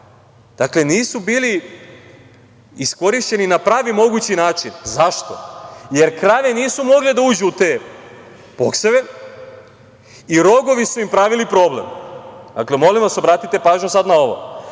nisu bili iskorišćeni na pravi mogući način. Zašto? Jer krave nisu mogle da uđu u te bokseve i rogovi su im pravili problem. Dakle, molim vas, obratite pažnju sada na ovo.